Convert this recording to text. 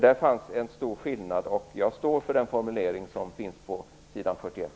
Där fanns en stor skillnad. Jag står för den formulering som finns på s. 41.